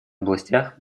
областях